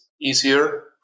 easier